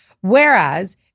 whereas